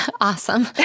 Awesome